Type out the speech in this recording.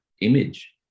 image